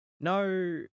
No